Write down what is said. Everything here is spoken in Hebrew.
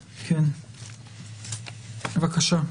בבקשה.